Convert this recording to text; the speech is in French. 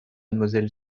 mlle